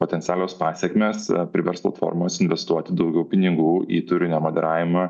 potencialios pasekmės privers platformas investuoti daugiau pinigų į turinio moderavimą